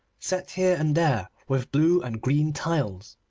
set here and there with blue and green tiles.